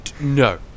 No